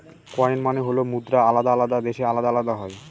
coin মানে হল মুদ্রা আলাদা আলাদা দেশে আলাদা আলাদা হয়